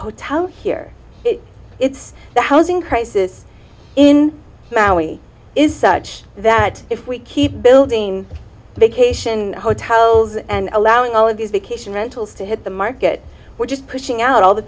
hotel here it's the housing crisis in maui is such that if we keep building vacation hotels and allowing all of these vacation rentals to hit the market we're just pushing out all the